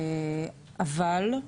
אבל,